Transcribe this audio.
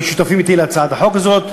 הם היו שותפים אתי להצעת החוק הזאת.